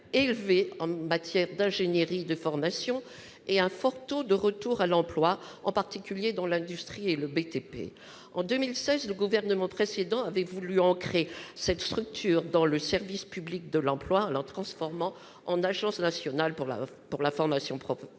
élevé en matière d'ingénierie de formation et un fort taux de retour à l'emploi, en particulier dans l'industrie et le BTP. En 2016, le gouvernement précédent avait voulu ancrer cette structure dans le service public de l'emploi en la transformant en Agence nationale pour la formation professionnelle,